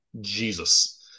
Jesus